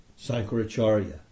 Sankaracharya